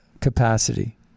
capacity